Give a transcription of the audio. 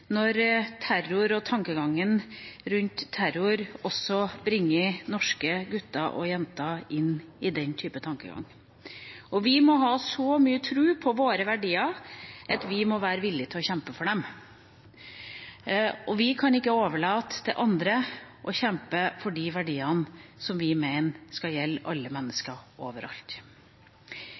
når terror og tankegangen rundt terror også bringer norske gutter og jenter inn i den type tankegang. Og vi må ha så mye tro på våre verdier at vi er villig til å kjempe for dem. Vi kan ikke overlate til andre å kjempe for de verdiene som vi mener skal gjelde alle mennesker overalt.